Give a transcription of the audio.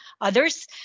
others